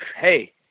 Hey